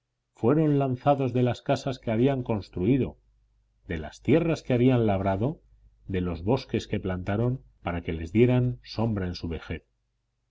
fueron lanzados de las casas que habían construido de las tierras que habían labrado de los bosques que plantaron para que les dieran sombra en su vejez